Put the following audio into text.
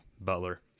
butler